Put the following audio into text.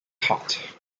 hot